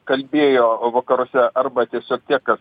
kalbėjo vakaruose arba tiesiog tiek kas